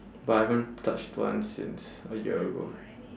but I haven't touched one since a year ago